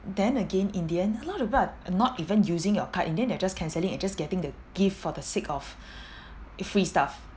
then again in the end a lot of u~ not even using your card in the end they're just cancelling it just getting the gift for the sake of free stuff